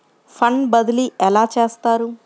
Fund బదిలీ ఎలా చేస్తారు?